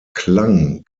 klang